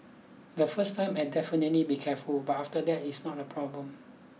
the first time I'll definitely be careful but after that it's not a problem